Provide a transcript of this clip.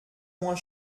moins